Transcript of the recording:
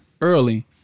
early